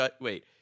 wait